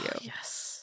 yes